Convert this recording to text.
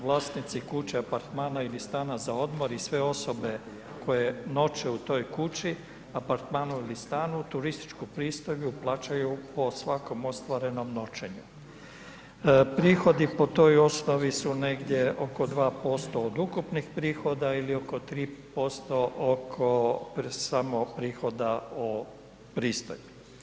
Vlasnici kuća i apartmana ili stana za odmor i sve osobe koje noće u toj kući, apartmanu ili stanu turističku pristojbu plaćaju po svakom ostvarenom noćenju.“ Prihodi po toj osnovi su negdje oko 2% od ukupnih prihoda ili oko 3% samo prihoda o pristojbi.